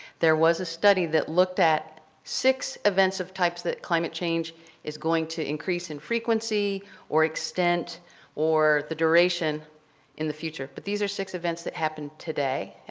there was a study that looked at six events of types that climate change is going to increase in frequency or extent or the duration in the future, but these are six events that happened today.